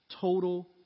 Total